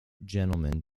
gentleman